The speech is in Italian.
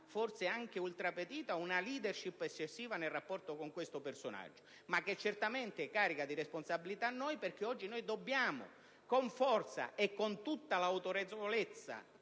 forse anche *ultra petita*, una *leadership*, eccessiva nel rapporto con questo personaggio che carica di responsabilità noi, perché dobbiamo con forza e con tutta l'autorevolezza